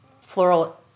floral